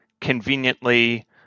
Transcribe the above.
conveniently